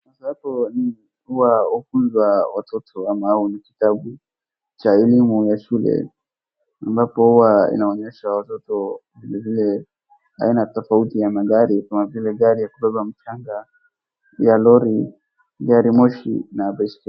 Sasa hapo ni huwa hufunzwa watoto ama au ni kitabu cha elimu ya shule ambapo huwa inaonyesha watoto. Vilevile aina tofauti ya magari kama vile gari ya kubeba mchanga ya lori, garimoshi na baiskeli.